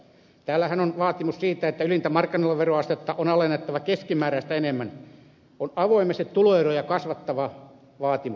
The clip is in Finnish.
täällähän on vaatimus siitä että ylintä marginaaliveroastetta on alennettava keskimääräistä enemmän mikä on avoimesti tuloeroja kasvattava vaatimus